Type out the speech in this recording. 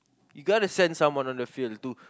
you got to send someone on the field too